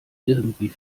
irgendwie